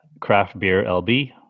craftbeerlb